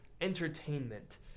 entertainment